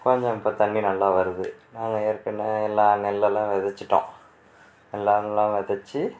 கொஞ்சம் இப்போ தண்ணி நல்லா வருது நாங்கள் ஏற்கனவே எல்லாம் நெல்லெலாம் விதைச்சிட்டோம் எல்லாம் நல்லா விதைச்சி